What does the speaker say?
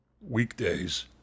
weekdays